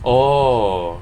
orh